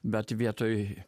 bet vietoj